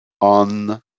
on